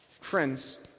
friends